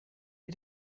ihr